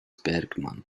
bergmann